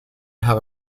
have